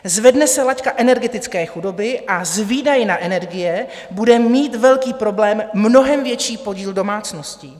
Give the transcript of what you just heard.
Zvedne se laťka energetické chudoby a s výdaji na energie bude mít velký problém mnohem větší podíl domácností.